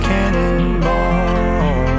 Cannonball